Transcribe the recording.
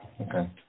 Okay